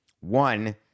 One